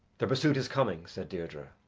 the pursuit is coming, said deirdre.